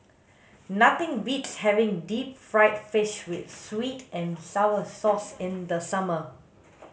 nothing beats having deep fried fish with sweet and sour sauce in the summer